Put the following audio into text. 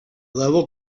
level